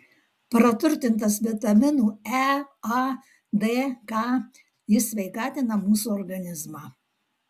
praturtintas vitaminų e a d k jis sveikatina mūsų organizmą